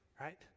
right